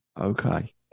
Okay